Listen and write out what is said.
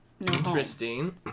Interesting